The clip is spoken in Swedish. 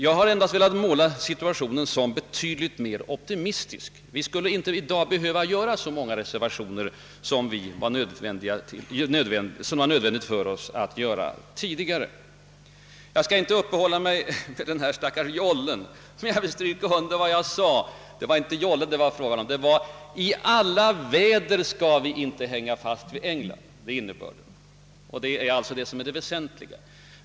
Jag har velat måla situationen i dag som betydligt mer optimistisk än tidigare. Vi skulle inte i dag behöva göra så många reservationer som det var nödvändigt för oss att göra för några år sedan. Jag skall inte upphålla mig vid den stackars jollen. Vad jag strök under var att vi inte i alla väder skall hänga fast vid England. Det var innebörden av vad jag sade och det är det som är det väsentliga.